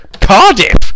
Cardiff